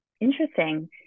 interesting